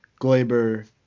Glaber